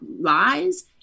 lies